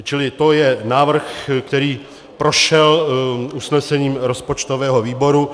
Čili to je návrh, který prošel usnesením rozpočtového výboru.